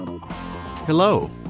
Hello